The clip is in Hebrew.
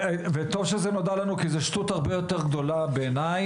וטוב שזה נודע לנו כי זה שטות הרבה יותר גדולה בעיני,